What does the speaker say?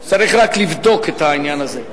אף שצריך לבדוק את העניין הזה.